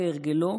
כהרגלו,